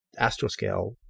Astroscale